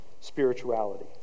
spirituality